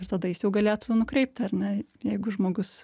ir tada jis jau galėtų nukreipti ar ne jeigu žmogus